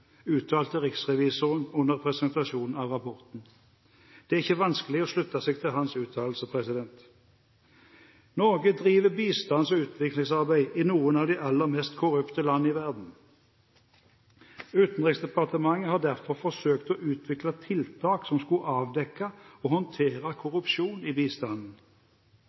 uttalte riksrevisor under presentasjonen av rapporten. Det er ikke vanskelig å slutte seg til hans uttalelse. Norge driver bistands- og utviklingsarbeid i noen av de aller mest korrupte land i verden. Utenriksdepartementet har derfor forsøkt å utvikle tiltak som skulle avdekke og håndtere korrupsjon i bistanden.